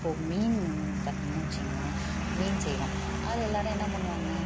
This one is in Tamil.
இப்போது மீன் பார்த்திங்கன்னு வச்சுங்களேன் மீன் செய்கிறோம் அதில் எல்லாேரும் என்ன பண்ணுவாங்க